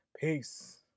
Peace